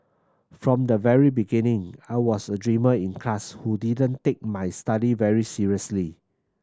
from the very beginning I was a dreamer in class who didn't take my study very seriously